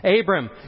Abram